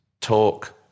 talk